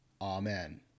Amen